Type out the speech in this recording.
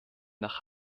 nach